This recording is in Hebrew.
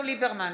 אביגדור ליברמן,